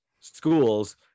school's